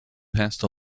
passed